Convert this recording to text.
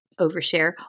overshare